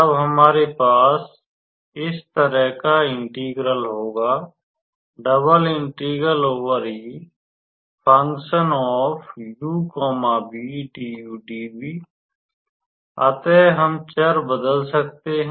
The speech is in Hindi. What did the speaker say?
तब हमारे पास इस तरह का इंटेग्रल होगा अतः हम चर बदल सकते हैं